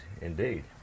indeed